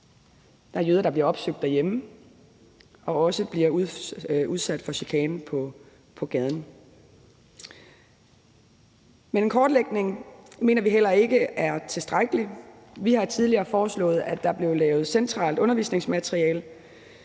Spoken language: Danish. Der er jøder, der bliver opsøgt derhjemme og også bliver udsat for chikane på gaden. Men en kortlægning mener vi heller ikke er tilstrækkelig. Vi har tidligere foreslået, at der fra centralt hold blev lavet undervisningsmateriale,